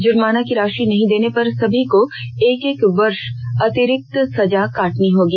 जुर्माने की राषि नहीं देने पर सभी को एक एक वर्ष अतिरिक्त सजा काटनी होगी